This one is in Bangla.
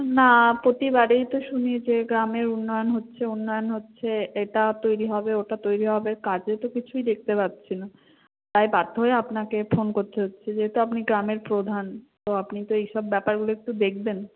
না প্রতিবারেই তো শুনি যে গ্রামের উন্নয়ন হচ্ছে উন্নয়ন হচ্ছে এটা তৈরি হবে ওটা তৈরি হবে কাজে তো কিছুই দেখতে পাচ্ছি না তাই বাধ্য হয়ে আপনাকে ফোন করতে হচ্ছে যেহেতু আপনি গ্রামের প্রধান তো আপনি তো এইসব ব্যাপারগুলো একটু দেখবেন